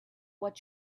what